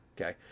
Okay